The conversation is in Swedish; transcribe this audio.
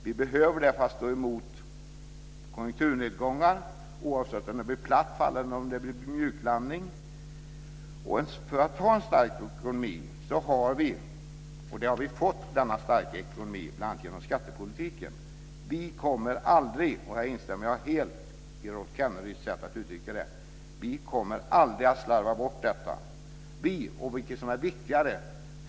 Vi behöver det för att stå emot konjunkturnedgångar, oavsett om det blir platt fall eller mjuklandning. Vi har fått en stark ekonomi bl.a. genom skattepolitiken. Vi kommer aldrig att slarva bort detta. Här instämmer jag helt i Rolf Kenneryds sätt att uttrycka det.